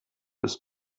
ist